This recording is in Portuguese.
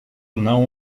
não